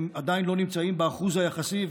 הם עדיין לא נמצאים באחוז היחסי.